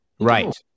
Right